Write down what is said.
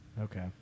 Okay